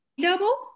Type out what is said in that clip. double